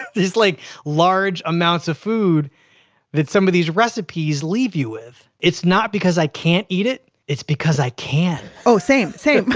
these like large amounts of food that some of these recipes leave you with. and it's not because i can't eat it, it's because i can oh, same, same.